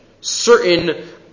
Certain